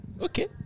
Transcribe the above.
okay